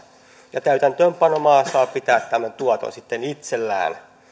ja täytäntöönpanomaa saa pitää tämän tuoton sitten itsellään